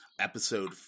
Episode